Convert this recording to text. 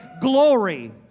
glory